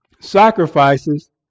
sacrifices